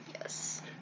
Yes